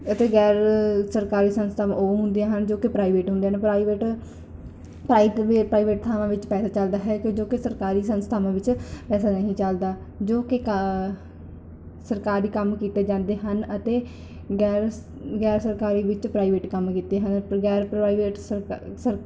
ਅਤੇ ਗੈਰ ਸਰਕਾਰੀ ਸੰਸਥਾਵਾਂ ਉਹ ਹੁੰਦੀਆਂ ਹਨ ਜੋ ਕਿ ਪ੍ਰਾਈਵੇਟ ਹੁੰਦੇ ਹਨ ਪ੍ਰਾਈਵੇਟ ਪ੍ਰਾਈਵੇਟ ਥਾਵਾਂ ਵਿੱਚ ਪੈਸੇ ਚੱਲਦਾ ਹੈ ਕਿ ਜੋ ਕਿ ਸਰਕਾਰੀ ਸੰਸਥਾਵਾਂ ਵਿੱਚ ਪੈਸਾ ਨਹੀਂ ਚੱਲਦਾ ਜੋ ਕਿ ਕਾ ਸਰਕਾਰੀ ਕੰਮ ਕੀਤੇ ਜਾਂਦੇ ਹਨ ਅਤੇ ਗੈਰ ਸ ਗੈਰ ਸਰਕਾਰੀ ਵਿੱਚ ਪ੍ਰਾਈਵੇਟ ਕੰਮ ਕੀਤੇ ਹਨ ਗੈਰ ਪ੍ਰਾਈਵੇਟ ਸ